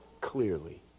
clearly